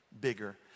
bigger